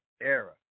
era